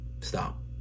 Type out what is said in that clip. Stop